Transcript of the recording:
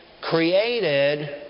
created